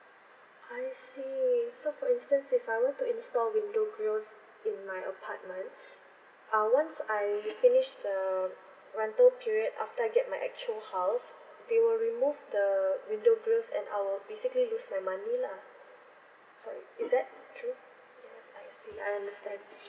I see so for instance if I want to install window grills in my apartment uh once I finish the rental period after I get my actual house they will remove the window grills and I will basically lose my money lah sorry is that true yes I see I understand